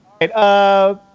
right